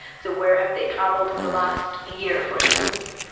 so where have they travelled in the last year, for instance.